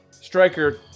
Striker